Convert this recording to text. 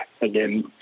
again